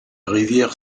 rivière